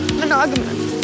monogamous